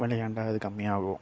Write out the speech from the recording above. வெளையாண்டா அது கம்மியாகும்